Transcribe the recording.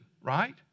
right